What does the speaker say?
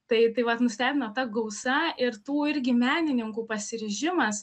tai tai vat nustebino ta gausa ir tų irgi menininkų pasiryžimas